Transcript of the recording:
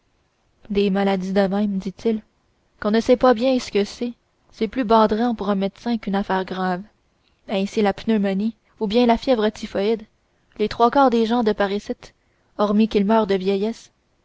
des maladies de même dit-il qu'on ne sait pas bien ce que c'est c'est plus bâdrant pour un médecin qu'une affaire grave ainsi la pneumonie ou bien la fièvre typhoïde les trois quarts des gens de par icitte hormis qu'ils meurent de vieillesse